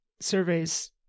surveys